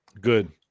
Good